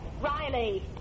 Riley